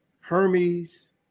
Hermes